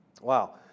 Wow